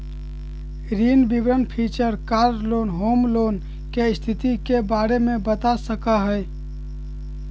ऋण विवरण feature car loan, home loan, के स्थिति के बारे में बता सका हइ